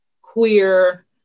queer